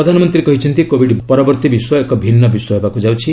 ପ୍ରଧାନମନ୍ତ୍ରୀ କହିଛନ୍ତି କୋବିଡ୍ ପରବର୍ତ୍ତୀ ବିଶ୍ୱ ଏକ ଭିନ୍ନ ବିଶ୍ୱ ହେବାକୁ ଯାଉଛି